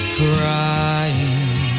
crying